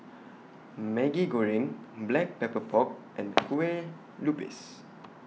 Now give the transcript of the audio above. Maggi Goreng Black Pepper Pork and Kueh Lupis